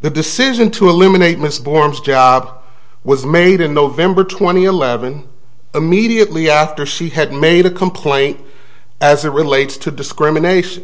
the decision to eliminate missed forms job was made in november twentieth eleven immediately after she had made a complaint as it relates to discrimination